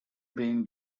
being